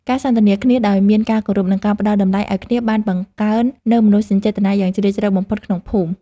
ការសន្ទនាគ្នាដោយមានការគោរព និងការផ្ដល់តម្លៃឱ្យគ្នាបានបង្កើននូវមនោសញ្ចេតនាយ៉ាងជ្រាលជ្រៅបំផុតក្នុងភូមិ។